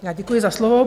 Já děkuji za slovo.